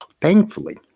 Thankfully